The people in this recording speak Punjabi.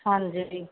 ਹਾਂਜੀ